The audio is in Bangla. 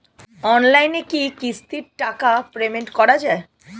অনলাইনে কি কিস্তির টাকা পেমেন্ট করা যায়?